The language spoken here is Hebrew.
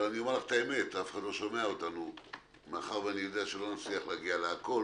אבל אני אומר את האמת מאחר שאני יודע שלא נצליח להגיע לכול,